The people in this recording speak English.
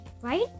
right